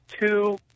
two